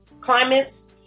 climates